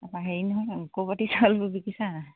তাৰপৰা হেৰি নহয় ক'অপাৰেটিভৰ চাউলবোৰ বিকিছা নাই